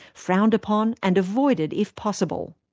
frowned upon and avoided if possible.